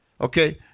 Okay